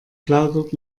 plaudert